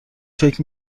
فکر